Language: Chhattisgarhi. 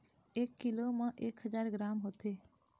एक कीलो म एक हजार ग्राम होथे